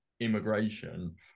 immigration